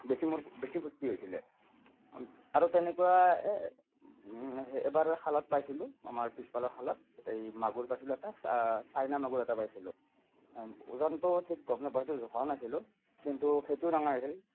বেছি মোৰ বেছি ফূৰ্তি হৈছিলে আৰু তেনেকুৱা সেই এবাৰ খালত পাইছিলোঁ আমাৰ পিছফালৰ খালত এই মাগুৰ পাইছিলোঁ এটা চাইনা মাগুৰ এটা পাইছিলোঁ ওজনটো ঠিক গম নাপাওঁ সেইটো জোখাও নাছিলোঁ কিন্তু সেইটো ডাঙৰ আছিল